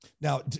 Now